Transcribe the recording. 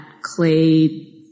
clay